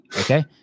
Okay